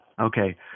Okay